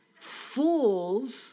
Fools